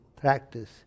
practice